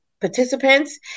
participants